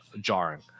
jarring